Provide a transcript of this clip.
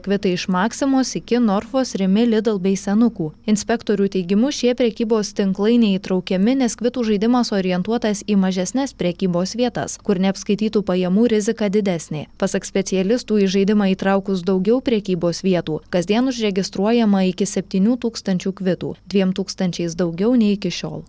kvitai iš maksimos iki norfos rimi lidl bei senukų inspektorių teigimu šie prekybos tinklai neįtraukiami nes kvitų žaidimas orientuotas į mažesnes prekybos vietas kur neapskaitytų pajamų rizika didesnė pasak specialistų į žaidimą įtraukus daugiau prekybos vietų kasdien užregistruojama iki septynių tūkstančių kvitų dviem tūkstančiais daugiau nei iki šiol